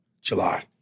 July